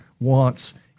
wants